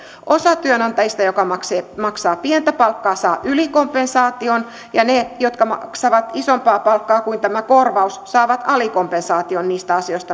osa työnantajista jotka maksavat pientä palkkaa saa ylikompensaation ja ne jotka maksavat isompaa palkkaa kuin tämä korvaus saavat alikompensaation niistä asioita